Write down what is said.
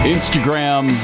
Instagram